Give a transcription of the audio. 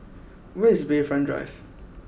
where is Bayfront Drive